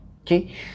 Okay